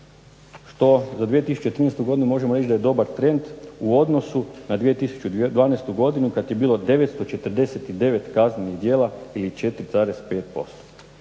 što za 2013. godinu možemo reći da je dobar trend u odnosu na 2012. kad je bilo 949 kaznenih djela ili 4,5%.